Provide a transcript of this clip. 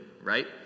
Right